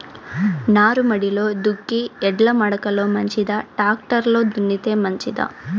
నారుమడిలో దుక్కి ఎడ్ల మడక లో మంచిదా, టాక్టర్ లో దున్నితే మంచిదా?